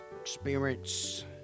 experience